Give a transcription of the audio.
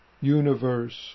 universe